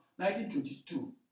1922